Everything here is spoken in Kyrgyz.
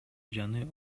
жаңы